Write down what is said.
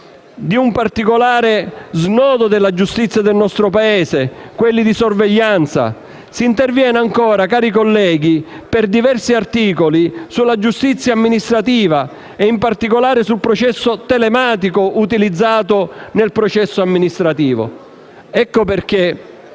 di un particolare snodo della giustizia del nostro Paese, quelli di sorveglianza. Si interviene, cari colleghi, ancora per diversi articoli sulla giustizia amministrativa e, in particolare, sul processo telematico utilizzato nel processo amministrativo. Ecco perché